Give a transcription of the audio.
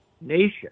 nation